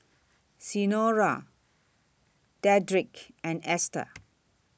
Senora Dedrick and Ester